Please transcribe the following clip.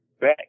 back